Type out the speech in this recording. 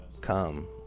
come